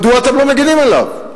מדוע אתם לא מגינים עליו?